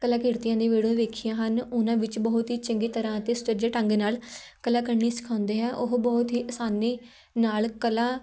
ਕਲਾ ਕਿਰਤੀਆਂ ਦੀਆਂ ਵੀਡੀਓ ਵੇਖੀਆਂ ਹਨ ਉਹਨਾਂ ਵਿੱਚ ਬਹੁਤ ਹੀ ਚੰਗੀ ਤਰ੍ਹਾਂ ਅਤੇ ਸੁਚੱਜੇ ਢੰਗ ਨਾਲ ਕਲਾ ਕਰਨੀ ਸਿਖਾਉਂਦੇ ਹੈ ਉਹ ਬਹੁਤ ਹੀ ਆਸਾਨੀ ਨਾਲ ਕਲਾ